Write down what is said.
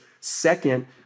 Second